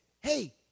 hey